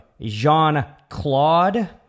Jean-Claude